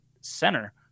center